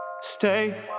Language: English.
Stay